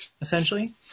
essentially